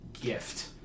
gift